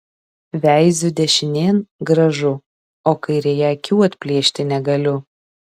veiziu dešinėn gražu o kairėje akių atplėšti negaliu